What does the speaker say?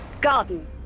Garden